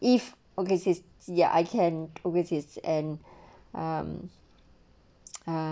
if okay ya I can which is and um ah